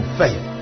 faith